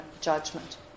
judgment